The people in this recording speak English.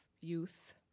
youth